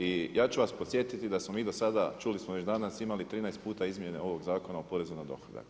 I ja ću vas podsjetiti da smo mi do sada, čuli smo već danas imali 13 puta izmjene ovog Zakona o porezu na dohodak.